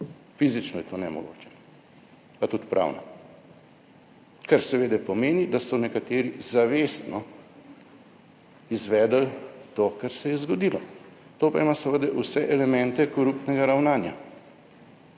fizično je to nemogoče pa tudi pravno. Kar seveda pomeni, da so nekateri zavestno izvedli to, kar se je zgodilo. To pa ima seveda vse elemente koruptnega ravnanja